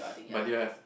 but didn't have